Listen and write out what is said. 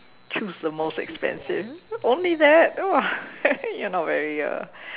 choose the most expensive only that !wah! you're not very a